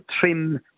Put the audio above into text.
trim